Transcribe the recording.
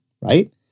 right